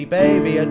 baby